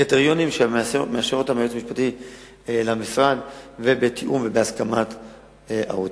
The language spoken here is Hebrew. קריטריונים שמאשר היועץ המשפטי למשרד ובתיאום האוצר ובהסכמתו,